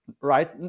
right